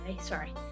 sorry